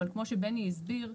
אבל כמו שבני הסביר,